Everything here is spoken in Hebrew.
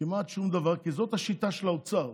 כמעט שום דבר, כי זו השיטה של האוצר.